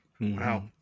Wow